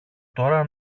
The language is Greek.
τώρα